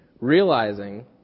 realizing